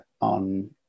on